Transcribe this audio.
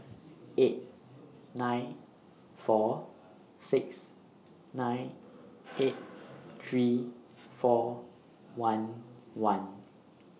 eight nine four six nine eight three four one one